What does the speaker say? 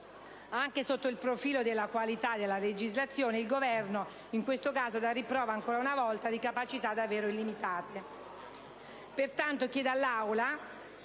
Anche sotto il profilo della qualità della legislazione, il Governo in questo caso dà riprova ancora una volta di capacità davvero illimitate.